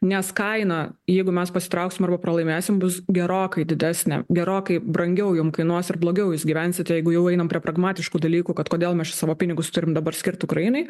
nes kaina jeigu mes pasitrauksim arba pralaimėsim bus gerokai didesnė gerokai brangiau jum kainuos ir blogiau jūs gyvensit jeigu jau einam prie pragmatiškų dalykų kad kodėl mes čia savo pinigus turim dabar skirti ukrainai